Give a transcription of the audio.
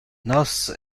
nos